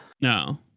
no